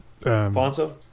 Fonzo